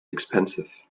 expensive